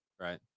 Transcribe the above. Right